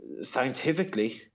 scientifically